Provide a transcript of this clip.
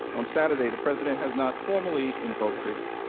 on saturday the president has not formally invoked it